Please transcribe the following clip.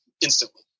instantly